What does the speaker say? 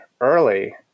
early